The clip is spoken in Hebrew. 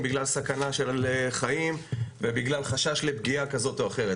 בגלל סכנה של חיים ובגלל חשש לפגיעה כזאת או אחרת,